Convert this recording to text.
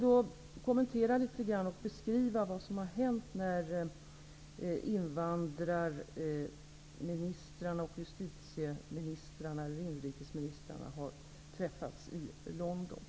Låt mig beskriva vad som hänt när invandrarministrarna och justitieministrarna eller inrikesministrarna har träffats i London.